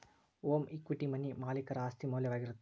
home equity money ಮಾಲೇಕರ ಆಸ್ತಿ ಮೌಲ್ಯವಾಗಿರತ್ತ